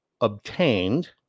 obtained